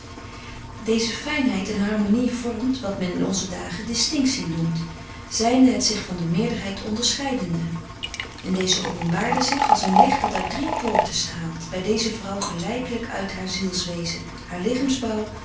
deze fijnheid en harmonie vormt wat men in onze dagen distinctie noemt zijnde het zich van de meerderheid onderscheidende en deze openbaarde zich als een licht dat uit drie poorten straalt bij deze vrouw gelijkelijk uit haar ziels wezen haar lichaamsbouw